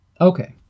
Okay